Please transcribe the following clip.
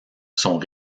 sont